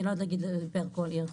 אני לא יודעת להגיד פר כל עיר.